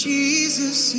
Jesus